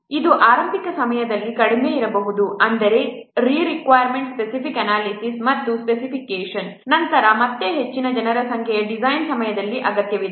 ಇದು ಆರಂಭಿಕ ಸಮಯದಲ್ಲಿ ಕಡಿಮೆ ಇರಬಹುದು ಅಂದರೆ ಈ ರಿಕ್ವಾಯರ್ಮೆಂಟ್ ಸ್ಪೆಸಿಫಿಕ್ ಅನಾಲಿಸಿಸ್ ಮತ್ತು ಸ್ಪೆಸಿಫಿಕೇಷನ್ ನಂತರ ಮತ್ತೆ ಹೆಚ್ಚಿನ ಸಂಖ್ಯೆಯ ಜನರು ಡಿಸೈನ್ ಸಮಯದಲ್ಲಿ ಅಗತ್ಯವಿದೆ